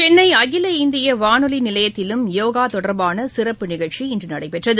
சென்னை அகில இந்திய வானொலி நிலையத்திலும் யோக தொடர்பான சிறப்பு நிகழ்ச்சி இன்று நடைபெற்றது